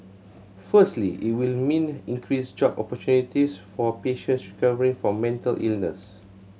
firstly it will mean increased job opportunities for patients recovering from mental illness